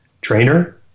trainer